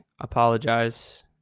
apologize